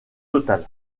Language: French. total